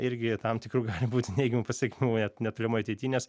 irgi tam tikrų gali būti neigiamų pasekmių net netolimoj ateity nes